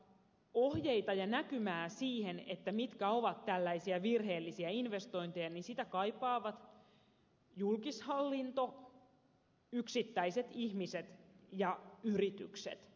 ohjeita ja näkymää siihen mitkä ovat tällaisia virheellisiä investointeja kaipaavat julkishallinto yksittäiset ihmiset ja yritykset